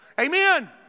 Amen